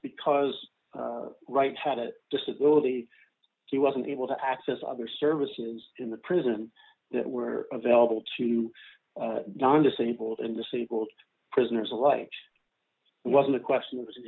because right had a disability he wasn't able to access other services in the prison that were available to non disabled and disabled prisoners alike was a question